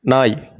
நாய்